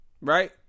Right